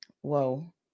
whoa